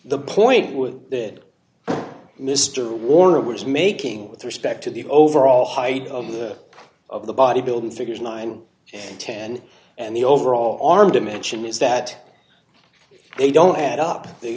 the point with that mr warner was making with respect to the overall height of the of the body building figures nine and ten and the overall arm dimension is that they don't add up the